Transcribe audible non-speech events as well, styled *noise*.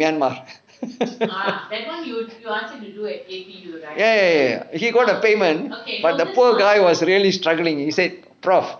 myanmar *laughs* ya ya ya he got a payment but the poor guy was really struggling he said professor